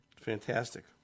Fantastic